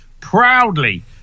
proudly